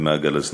במעגל הזנות.